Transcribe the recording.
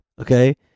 Okay